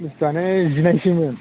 जिनिसानो जिनायसोमोन